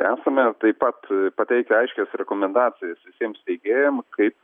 esame taip pat pateikę aiškias rekomendacijas visiem steigėjam kaip